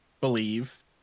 believe